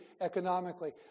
economically